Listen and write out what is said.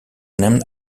named